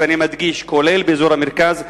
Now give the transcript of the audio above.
ואני מדגיש: כולל באזור המרכז,